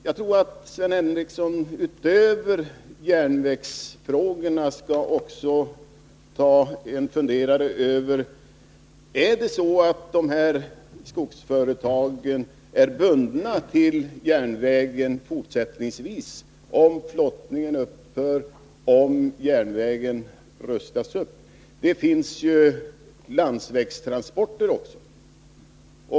Jag tror att Sven Henricsson utöver järnvägsfrågorna också skall ta sig en funderare på om de här skogsföretagen är bundna till järnvägen fortsättningsvis, ifall flottningen upphör och järnvägen rustas upp. Det finns ju landsvägstransporter också.